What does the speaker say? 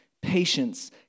patience